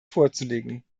vorzulegen